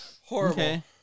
Horrible